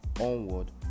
onward